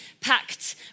packed